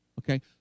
Okay